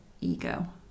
ego